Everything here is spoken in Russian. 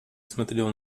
смотрел